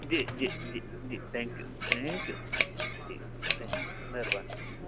जी जी जी जी थैंक्यू थैंक्यू जी जी थैंक्यू महिरबानी